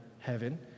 heaven